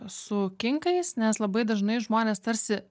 su kinkais nes labai dažnai žmonės tarsi